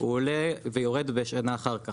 הוא עולה ויורד בשנה אחר כך.